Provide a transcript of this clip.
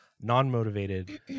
non-motivated